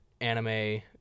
anime